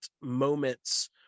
moments